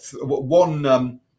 one